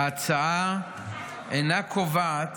ההצעה אינה קובעת